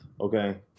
okay